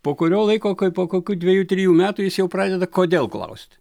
po kurio laiko kai po kokių dvejų trijų metų jis jau pradeda kodėl klaust